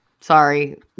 Sorry